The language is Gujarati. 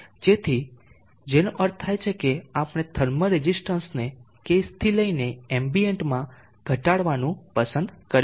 તેથી જેનો અર્થ થાય છે કે આપણે થર્મલ રેઝિસ્ટન્સને કેસથી લઈને એમ્બિયન્ટમાં ઘટાડવાનું પસંદ કરીશું